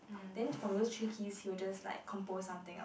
then from these three keys he will just like compose something out